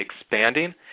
expanding